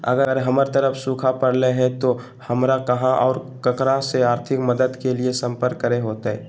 अगर हमर तरफ सुखा परले है तो, हमरा कहा और ककरा से आर्थिक मदद के लिए सम्पर्क करे होतय?